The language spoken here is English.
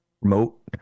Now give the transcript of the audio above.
remote